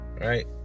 Right